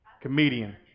Comedian